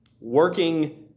working